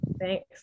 Thanks